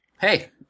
Hey